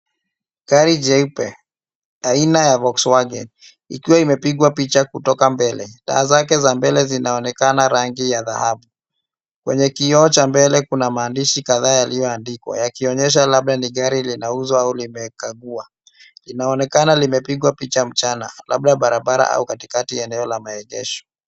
Gari jeupe, aina ya Volkwagen ikiwa imepigwa picha kutoka mbele. Taa zake za mbele zinaonekana rangi ya dhahabu. Kwenye kioo cha mbele kuna maandishi kadhaa yaliyoandikwa yakionesha labda ni gari linauzwa au limekagua. Inaonekana limepigwa picha mchana, labda barabara au katikati eneo la maegesho.